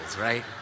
right